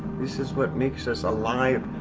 this is what makes us alive.